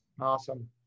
Awesome